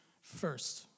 first